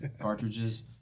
cartridges